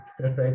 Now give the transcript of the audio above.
right